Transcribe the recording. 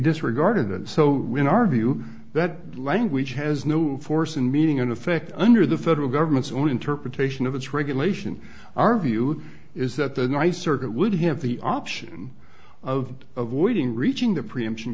disregarded it so in our view that language has no force and meaning in effect under the federal government's own interpretation of its regulation our view is that the nice circuit would have the option of avoiding reaching the preemption